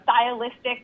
stylistic